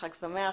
חג שמח.